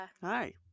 Hi